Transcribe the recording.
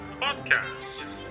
podcast